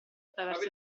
attraverso